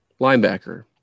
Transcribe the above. Linebacker